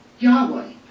Yahweh